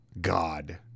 God